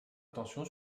attention